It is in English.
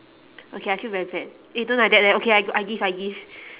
okay I feel very bad eh don't like that leh okay I go I give I give